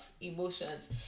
emotions